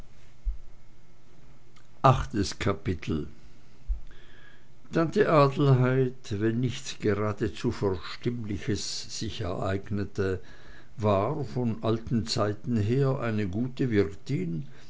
achtes kapitel tante adelheid wenn sich nichts geradezu verstimmliches ereignete war von alten zeiten her eine gute wirtin